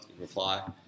reply